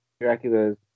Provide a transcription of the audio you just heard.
Dracula's